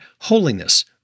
holiness